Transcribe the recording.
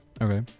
Okay